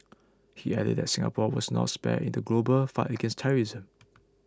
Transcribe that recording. he added that Singapore was not spared in the global fight against terrorism